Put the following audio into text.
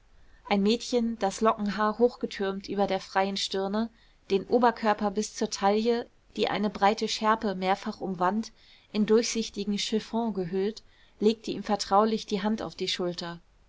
ein mädchen das lockenhaar hochgetürmt über der freien stirne den oberkörper bis zur taille die eine breite schärpe mehrfach umwand in durchsichtigen chiffon gehüllt legte ihm vertraulich die hand auf die schulter